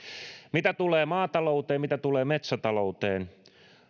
mitä tulee maatalouteen mitä tulee metsätalouteen